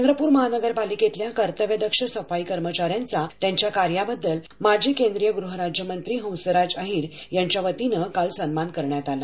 चंद्रपूर महानगरपालिकेतील कर्तव्यदक्ष सफाई कर्मचाऱ्यांचा त्यांच्या कार्याबद्दल माजी केंद्रीय गृहराज्यमंत्री हसराज अहिर यांच्या वतीनं काल सन्मान करण्यात आला